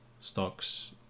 stocks